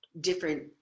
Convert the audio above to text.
different